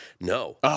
No